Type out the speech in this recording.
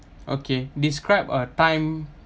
okay describe a time